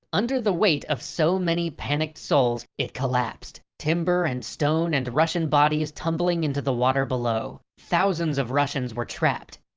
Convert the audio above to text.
under the weight of so many panicked souls, it collapsed. timber and stone and russian bodies tumbling into the water below. thousands of russians were trapped.